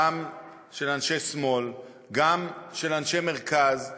גם של אנשי שמאל, גם של אנשי מרכז,